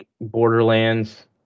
Borderlands